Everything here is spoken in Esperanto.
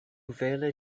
vere